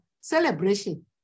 celebration